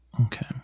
Okay